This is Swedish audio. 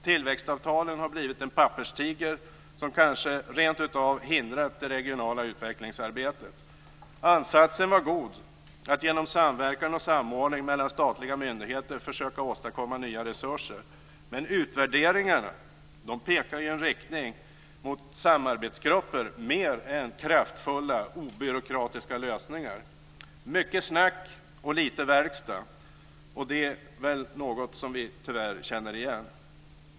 Tillväxtavtalen har blivit en papperstiger som kanske rentav har hindrat det regionala utvecklingsarbetet. Ansatsen var god: att genom samverkan och samordning mellan statliga myndigheter försöka åstadkomma nya resurser, men utvärderingarna pekar ju i en riktning mot samarbetsgrupper mer än kraftfulla obyråkratiska lösningar. Mycket snack och lite verkstad har det varit, och det är väl något som vi tyvärr känner igen.